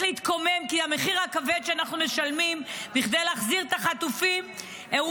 המחיר הכבד שאנחנו משלמים בכדי להחזיר את החטופים הוא